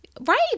right